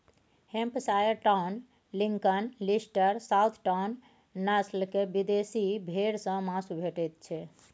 Hampshire town, Lincoln, Leicester, south town, नस्ल केर विदेशी भेंड़ सँ माँसु भेटैत छै